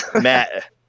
Matt